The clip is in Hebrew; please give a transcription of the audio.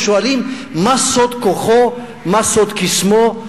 ושואלים מה סוד כוחו, מה סוד קסמו.